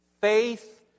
Faith